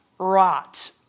rot